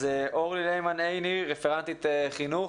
אורלי ליימן עיני, רפרנטית חינוך,